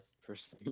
First